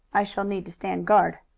i shall need to stand guard.